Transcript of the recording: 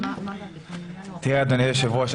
אדוני היושב-ראש,